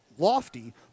Lofty